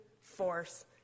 force